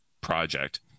project